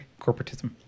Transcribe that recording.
Corporatism